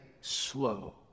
slow